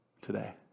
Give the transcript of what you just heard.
today